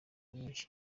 myinshi